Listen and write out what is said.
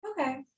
Okay